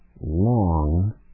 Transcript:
long